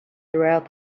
throughout